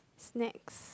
next